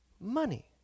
money